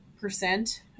percent